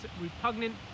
repugnant